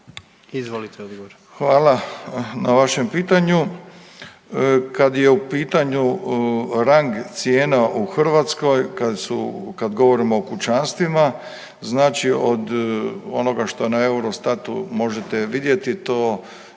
**Milatić, Ivo** Hvala na vašem pitanju. Kad je u pitanju rang cijena u Hrvatskoj, kad govorimo o kućanstvima znači od onoga što na Eurostatu možete vidjeti to